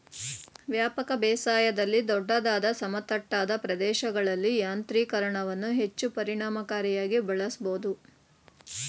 ವ್ಯಾಪಕ ಬೇಸಾಯದಲ್ಲಿ ದೊಡ್ಡದಾದ ಸಮತಟ್ಟಾದ ಪ್ರದೇಶಗಳಲ್ಲಿ ಯಾಂತ್ರೀಕರಣವನ್ನು ಹೆಚ್ಚು ಪರಿಣಾಮಕಾರಿಯಾಗಿ ಬಳಸ್ಬೋದು